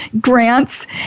grants